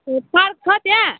ए park छ त्यहाँ